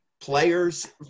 players